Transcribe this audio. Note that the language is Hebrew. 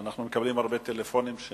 אנחנו מקבלים הרבה טלפונים מאנשים